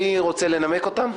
מי רוצה לנמק אותן?